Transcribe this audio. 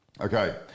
Okay